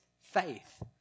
faith